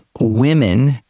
women